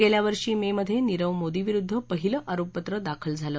गेल्या वर्षी मेमधे नीरव मोदीविरुद्ध पहिलं आरोपपत्र दाखल झालं